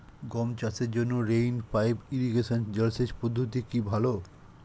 গম চাষের জন্য রেইন পাইপ ইরিগেশন জলসেচ পদ্ধতিটি কি ভালো?